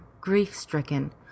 grief-stricken